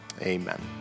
amen